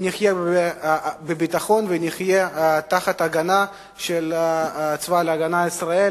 נחיה בביטחון ונחיה תחת ההגנה של צבא-הגנה לישראל.